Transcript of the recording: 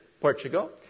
Portugal